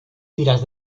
tiras